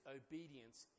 obedience